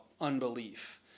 unbelief